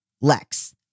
Lex